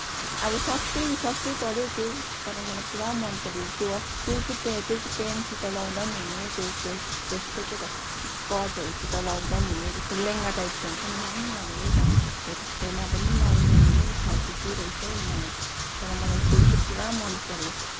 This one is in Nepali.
अब सस्तै सस्तै पऱ्यो त्यो तर मलाई पुरा मनपऱ्यो त्यो चाहिँ त्यो चाहिँ पेन्टसित लाउँदा पनि हुने जस्तै के त स्कर्टहरूसित लाउँदा पनि हुने लेहेङ्गा टाइपको हुन्छ नि लामो लामो के त हो त्यस्तोमा पनि लाउनु हुने खालके चाहिँ रहेछ हौ मलाई तर मलाई त्यो चाहिँ पुरा मनपऱ्यो